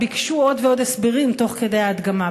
ביקשו עוד ועוד הסברים תוך כדי ההדגמה.